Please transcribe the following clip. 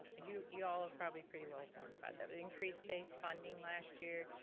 you you all are probably pretty well informed about that. but increased base funding last year,